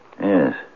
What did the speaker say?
Yes